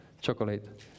chocolate